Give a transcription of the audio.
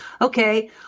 Okay